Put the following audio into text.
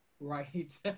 Right